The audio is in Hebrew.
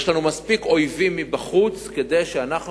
יש לנו מספיק אויבים מבחוץ מכדי שאנחנו